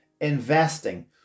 investing